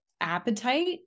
appetite